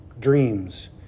dreams